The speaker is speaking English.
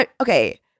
okay